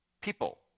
People